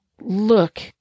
look